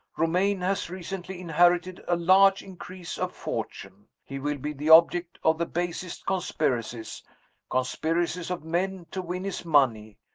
romayne has recently inherited a large increase of fortune. he will be the object of the basest conspiracies conspiracies of men to win his money,